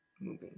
moving